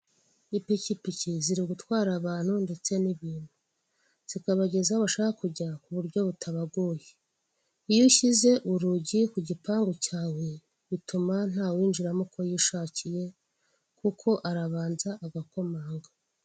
Ipikipiki ziri gutwara abantu ndetse n'ibintu zikabageza aho bashaka kujya ku buryo butabagoye, iyo ushyize urugi ku gipangu cyawe bituma ntawinjiramo uko yishakiye kuko arabanza agakomanga.